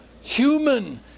human